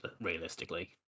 realistically